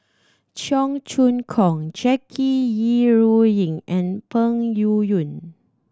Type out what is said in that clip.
Cheong Choong Kong Jackie Yi Ru Ying and Peng Yuyun